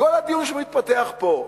כל הדיון שמתפתח פה.